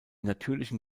natürlichen